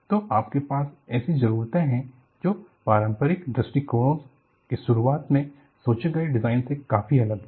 तो आपके पास ऐसी जरूरते हैं जो पारंपरिक दृष्टिकोणों के शुरूआत में सोचे गए डिजाइन से काफी अलग है